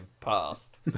past